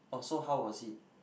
oh so how was it